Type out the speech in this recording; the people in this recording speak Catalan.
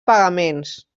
pagaments